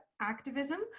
activism